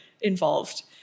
involved